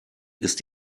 ist